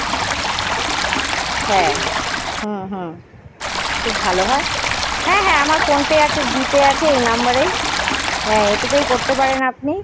হ্যাঁ হুম হুম খুব ভালো হয় হ্যাঁ হ্যাঁ আমার ফোনপে আছে জিপে আছে এই নাম্বারেই হ্যাঁ এটাতেই করতে পারেন আপনি